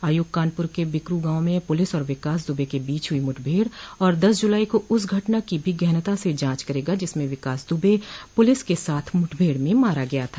आयोग कानपुर के बिकरू गांव में पुलिस और विकास दुबे के बीच हुई मुठभेड़ और दस जुलाई को उस घटना की भी गहनता से जांच करेगा जिसमें विकास दुबे पुलिस के साथ मुठभेड़ में मारा गया था